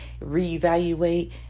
reevaluate